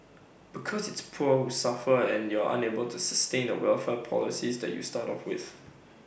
because it's the poor who suffer and you're unable to sustain the welfare policies that you start off with